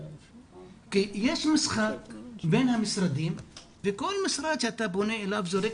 כי יש משחק בין המשרדים וכל משרד שאתה פונה אליו זורק